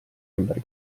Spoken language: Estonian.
ümber